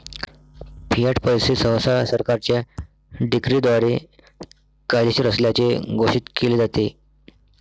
Fiat पैसे सहसा सरकारच्या डिक्रीद्वारे कायदेशीर असल्याचे घोषित केले जाते